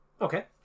okay